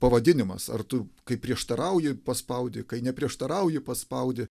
pavadinimas ar tu kai prieštarauji paspaudi kai neprieštarauji paspaudi